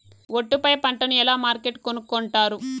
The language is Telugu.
ఒట్టు పై పంటను ఎలా మార్కెట్ కొనుక్కొంటారు?